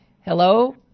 Hello